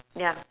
ya